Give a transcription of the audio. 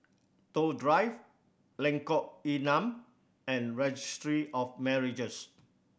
Toh Drive Lengkok Enam and Registry of Marriages